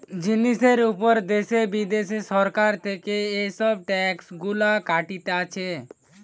জিনিসের উপর দ্যাশে বিদ্যাশে সরকার থেকে এসব ট্যাক্স গুলা কাটতিছে